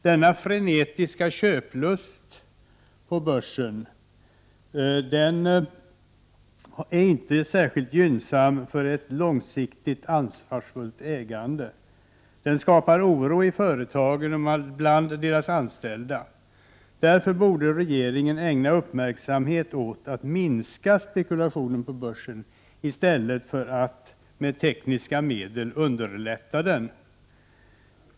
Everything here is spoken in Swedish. Denna frenetiska köplust på börsen är inte bärskilt gynnsam för ett långsiktigt ansvarsfullt ägande. Den skapar oro i 153 företagen och bland deras anställda. Därför borde regeringen ägna uppmärksamhet åt att minska spekulationen på börsen i stället för att med tekniska medel underlätta den.